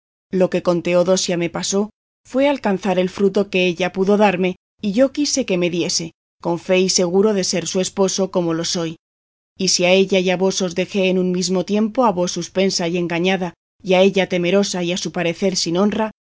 lo que con teodosia me pasó fue alcanzar el fruto que ella pudo darme y yo quise que me diese con fe y seguro de ser su esposo como lo soy y si a ella y a vos os dejé en un mismo tiempo a vos suspensa y engañada y a ella temerosa y a su parecer sin honra